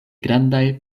grandaj